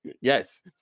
Yes